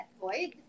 void